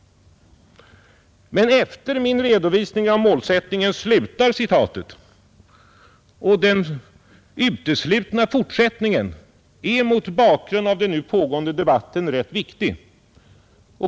Men efter min redovisning av målsättningen slutar citatet, och den uteslutna fortsättningen är, mot bakgrund av den nu pågående debatten, rätt viktig.